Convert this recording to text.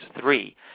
three